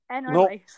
No